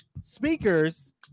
speakers